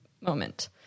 moment